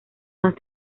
más